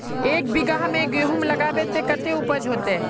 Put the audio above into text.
एक बिगहा में गेहूम लगाइबे ते कते उपज होते?